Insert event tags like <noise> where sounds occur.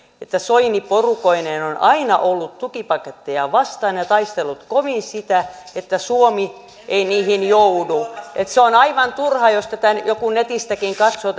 että soini porukoineen on aina ollut tukipaketteja vastaan ja ja taistellut kovin siitä että suomi ei niihin joudu se on aivan turhaa jos tätä lähetystä joku netistäkin katsoo <unintelligible>